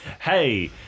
hey